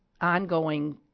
ongoing